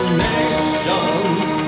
nation's